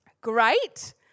Great